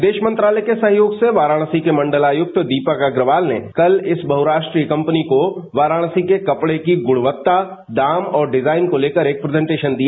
विदेश मंत्रालय के सहयोग से वाराणसी के मंडलायुक्त दीपक अग्रवाल ने कल इस बहुराष्ट्रीय कंपनी को वाराणसी के कपड़े की गुणवत्ता दाम और डिजाइन को लेकर एक प्रेजेंटेशन दिया